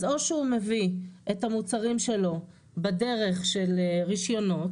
אז או שהוא מביא את המוצרים שלו בדרך של רשיונות,